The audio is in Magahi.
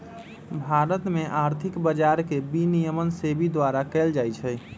भारत में आर्थिक बजार के विनियमन सेबी द्वारा कएल जाइ छइ